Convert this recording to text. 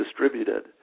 distributed